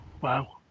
Wow